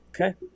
Okay